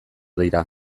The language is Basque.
dira